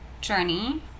journey